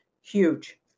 huge